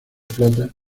plata